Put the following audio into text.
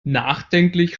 nachdenklich